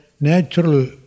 natural